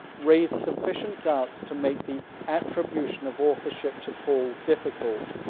raise sufficient doubts to make the attribution of authorship to paul difficult,